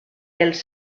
pels